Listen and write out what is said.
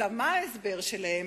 מה ההסבר שלהם?